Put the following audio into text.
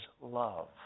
love